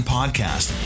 Podcast